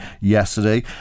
yesterday